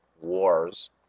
wars